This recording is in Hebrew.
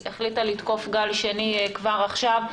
היא החליטה לתקוף בגל שני כבר עכשיו,